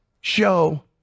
show